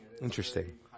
Interesting